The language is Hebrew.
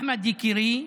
אחמד יקירי,